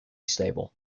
stable